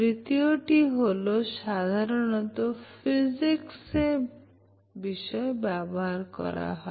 তৃতীয় টি সাধারণত ফিজিকস বিষয়ে ব্যবহার করা হয়